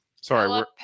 Sorry